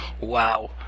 Wow